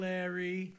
Larry